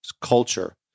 culture